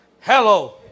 Hello